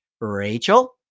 Rachel